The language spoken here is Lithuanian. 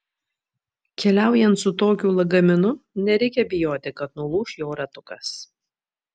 keliaujant su tokiu lagaminu nereikia bijoti kad nulūš jo ratukas